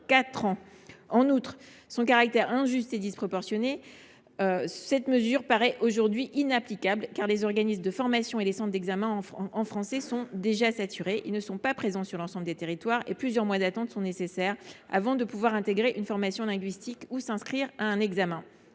ans. Outre son caractère injuste et disproportionné, cette mesure paraît aujourd’hui inapplicable. En effet, les organismes de formation et les centres d’examen sont déjà saturés, ils ne sont pas présents sur l’ensemble des territoires et plusieurs mois d’attente sont nécessaires avant de pouvoir intégrer une formation linguistique ou s’inscrire à un examen.